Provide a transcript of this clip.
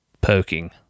poking